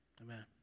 Amen